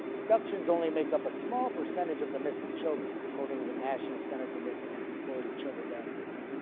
abductions only make up a small percentage of the missing children according to the national center for missing and exploited children database.